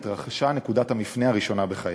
התרחשה נקודת המפנה הראשונה בחיי.